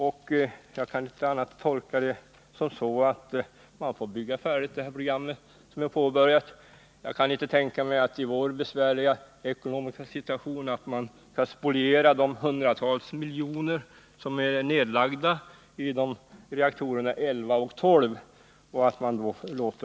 Jag kan inte göra någon annan tolkning än den att man får bygga färdigt enligt det påbörjade programmet. I vår besvärliga ekonomiska situation kan jaginte tänka mig att man kan spoliera de hundratals miljoner som har lagts ned på reaktorerna 11 och 12.